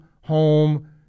home